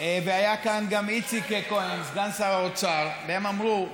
והיה כאן גם איציק כהן, סגר שר האוצר, והם אמרו,